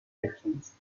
reactions